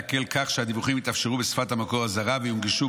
להקל כך שהדיווחים יתאפשרו בשפת המקור הזרה ויונגשו